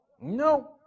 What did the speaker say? No